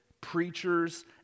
preachers